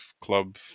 club